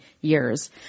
years